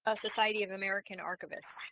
ah society of american archivists